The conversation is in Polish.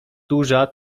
duża